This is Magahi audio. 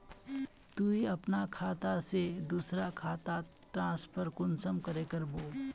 तुई अपना खाता से दूसरा खातात ट्रांसफर कुंसम करे करबो?